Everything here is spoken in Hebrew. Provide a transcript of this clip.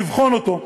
לבחון אותו,